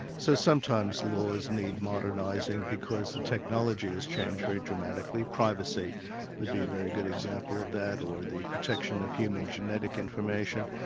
so sometimes laws need modernising because the technology has changed very dramatically. privacy would be a very good example of that, or the protection of human genetic information.